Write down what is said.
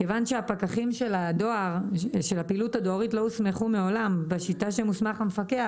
כיוון שהפקחים של הפעילות הדוארית לא הוסמכו מעולם בשיטה שמוסמך המפקח,